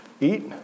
eat